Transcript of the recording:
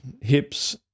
hips